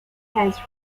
has